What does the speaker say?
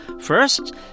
First